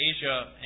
Asia